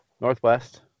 Northwest